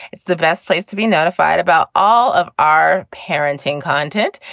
it's the best place to be notified about all of our parenting content,